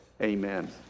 Amen